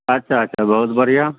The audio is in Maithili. अच्छा अच्छा बहुत बढ़िआँ